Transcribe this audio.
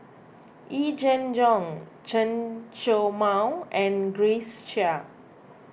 Yee Jenn Jong Chen Show Mao and Grace Chia